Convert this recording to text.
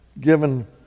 given